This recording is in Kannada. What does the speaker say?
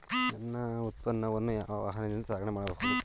ನನ್ನ ಉತ್ಪನ್ನವನ್ನು ಯಾವ ವಾಹನದಿಂದ ಸಾಗಣೆ ಮಾಡಬಹುದು?